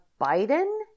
Biden